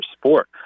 sport